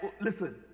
listen